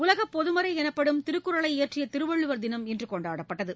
உலகபொதுமறைனப்படும் திருக்குறளை இயற்றியதிருவள்ளுவர் தினம் இன்றுணொண்டாடப்பட்டது